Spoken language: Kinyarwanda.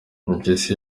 impyisi